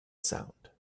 sound